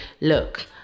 Look